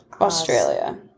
Australia